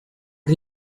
did